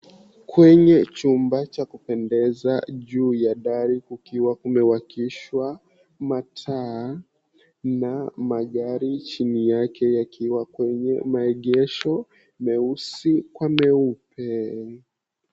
Kwenye chumba cha kupendeza juu ya dari kukiwa kumewakishwa mataa na magari chini yake yakiwa kwenye maegesho meusi kwa meupe.